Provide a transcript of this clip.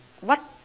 what